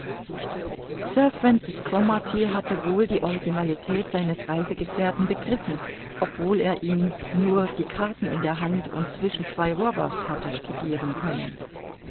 hatte wohl die originalität seines reisegefährten begriffen obwohl er ihn nur die karten in der hand und zwischen zwei robbers hatte studiren können